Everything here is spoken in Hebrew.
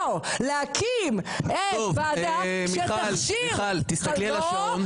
לא, להקים ועדה שתכשיר -- מיכל, תסתכלי על השעון.